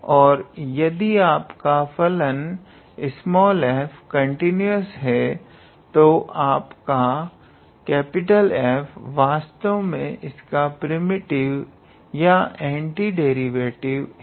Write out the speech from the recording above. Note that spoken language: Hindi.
और यदि आपका फलन f कंटीन्यूअस हे तो आपका F वास्तव में इसका प्रिमिटिव या एंटीडेरिवेटिव है